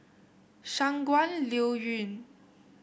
Shangguan Liuyun